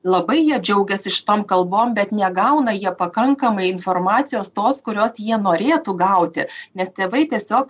labai jie džiaugiasi šitom kalbom bet negauna jie pakankamai informacijos tos kurios jie norėtų gauti nes tėvai tiesiog